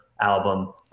album